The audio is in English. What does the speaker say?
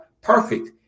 Perfect